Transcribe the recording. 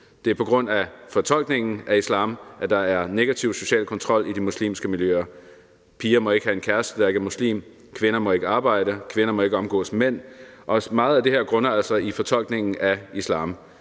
Det er på grund af fortolkningen af islam, at der er negativ social kontrol i de muslimske miljøer. Piger må ikke have en kæreste, der ikke er muslim, kvinder må ikke arbejde, kvinder må ikke omgås mænd, og meget af det her grunder altså i fortolkningen af islam.